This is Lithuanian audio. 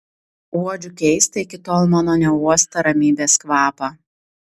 uodžiu keistą iki tol mano neuostą ramybės kvapą